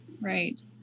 Right